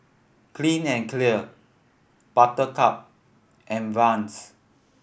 Clean and Clear Buttercup and Vans